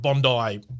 Bondi